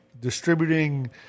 distributing